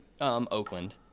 Oakland